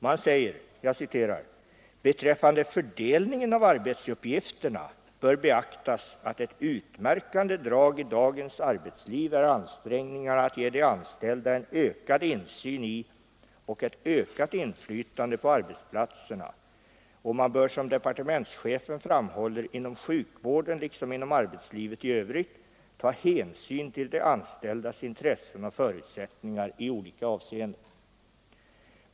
Man skriver: ”Beträffande fördelningen av arbetsuppgifterna bör beaktas att ett utmärkande drag i dagens arbetsliv är ansträngningarna att ge de anställda en ökad insyn i och ett ökat inflytande på arbetsplatserna, och man bör, som departementschefen framhåller, inom sjukvården liksom inom arbetslivet i övrigt ta hänsyn till de anställdas intressen och förutsättningar i olika avseenden.